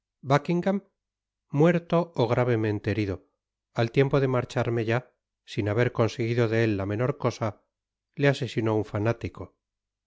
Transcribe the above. muerto ó gravemente herido al tiempo de marcharme ya sin haber conseguido de él la menor cosa le asesinó un fanático